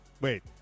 Wait